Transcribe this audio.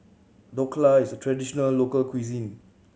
Dhokla is a traditional local cuisine